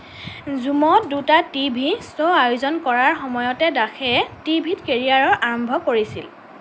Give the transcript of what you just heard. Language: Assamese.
ঝুমত দুটা টি ভি শ্ব' আয়োজন কৰাৰ সময়তে দাসে টি ভিত কেৰিয়াৰৰ আৰম্ভ কৰিছিল